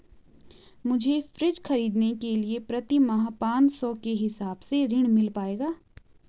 मुझे फ्रीज खरीदने के लिए प्रति माह पाँच सौ के हिसाब से ऋण मिल पाएगा?